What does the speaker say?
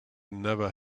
never